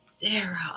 Sarah